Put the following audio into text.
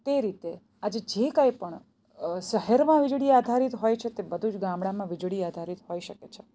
તે રીતે આજે જે કાંઈ પણ શહેરમાં વીજળી આધારિત હોય છે તે બધું જ ગામડામાં વીજળી આધારિત હોઈ શકે છે